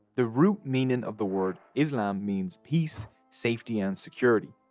the root meaning of the word islam means peace, safety, and security.